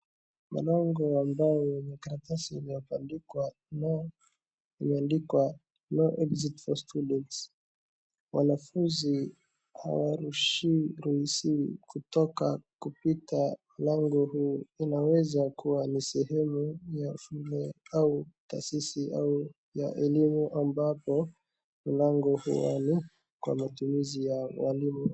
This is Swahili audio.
Mlango wa mbao wenye karatasi iliyobandikwa no imeandikwa no exit for student. Wanafunzi hawarushiwi hawaruhusiwi kutoka kupita lango huu inaweza kuwa ni sehemu ya shule au tasisi ya elimu ambapo mlango huo ni kwamatumizi ya walimu.